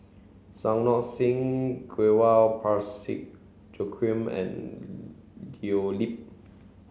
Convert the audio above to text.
Santokh Singh Grewal Parsick Joaquim and Leo Yip